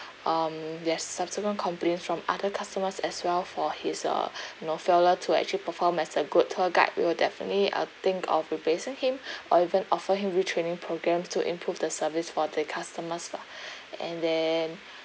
um there's subsequent complaints from other customers as well for his uh you know failure to actually perform as a good tour guide we'll definitely uh think of replacing him or even offer him retraining programmes to improve the service for the customers lah and then